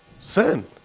sin